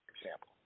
example